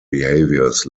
behaviours